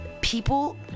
people